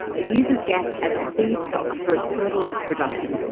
it uses gas as a feedstock for its fertiliser production,